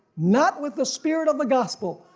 not with the spirit of the gospel,